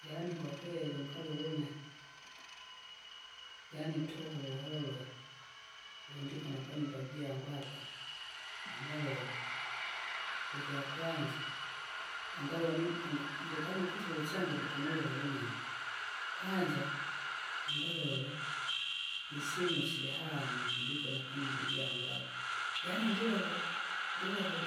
Yaani kwakweli ungalole une, yaani tuku vuholwa, wundiko napanyumba jangu apa, ungalole, ikyakwanza, ungavoni unga- undikani ukuitula usyangu ndikonelela vunonu, kwanza, ungalole, isyinu sihano kundiko napanyumba ijangu apa, yaani ndileke uku- ndileke- uku-